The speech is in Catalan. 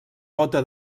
bóta